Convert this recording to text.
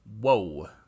Whoa